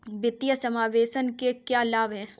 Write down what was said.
वित्तीय समावेशन के क्या लाभ हैं?